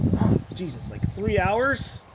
jesus like three hours